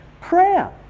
Prayer